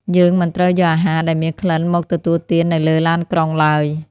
យើងមិនត្រូវយកអាហារដែលមានក្លិនមកទទួលទាននៅលើឡានក្រុងឡើយ។